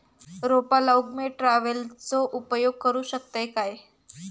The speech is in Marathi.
रोपा लाऊक मी ट्रावेलचो उपयोग करू शकतय काय?